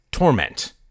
torment